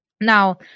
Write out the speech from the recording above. Now